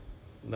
什么分